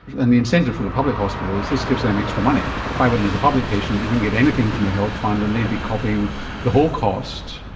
and the incentive for the public hospital is this gives them extra money. if i went as a public patient they wouldn't get anything from a health fund and they'd be copping the whole cost.